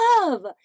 love